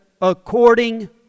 according